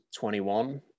21